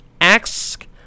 ask